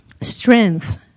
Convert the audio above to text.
strength